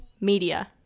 media